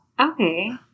Okay